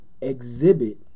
exhibit